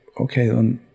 Okay